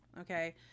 okay